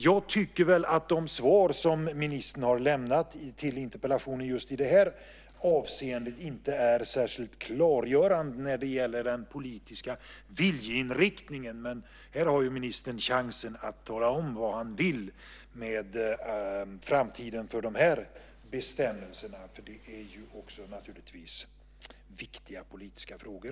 Jag tycker att de svar som ministern har lämnat på interpellationen i just det här avseendet inte är särskilt klargörande när det gäller den politiska viljeinriktningen, men här har ju ministern chansen att tala om vad han vill med framtiden för de här bestämmelserna. Det är naturligtvis också viktiga politiska frågor.